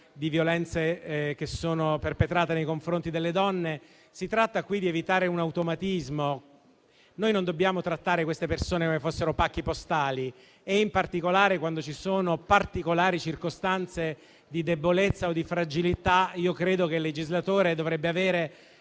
di violenze perpetrate nei confronti delle donne. Si tratta di evitare un automatismo. Non dobbiamo trattare queste persone come se fossero pacchi postali; in particolare, quando ci sono particolari circostanze di debolezza o di fragilità, credo che il legislatore dovrebbe avere